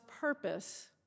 purpose